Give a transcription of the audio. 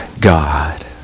God